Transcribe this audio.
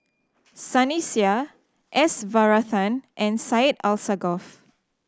Sunny Sia S Varathan and Syed Alsagoff